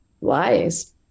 lies